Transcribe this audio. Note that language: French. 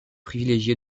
privilégiés